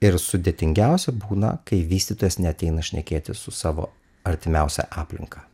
ir sudėtingiausia būna kai vystytojas neateina šnekėtis su savo artimiausia aplinka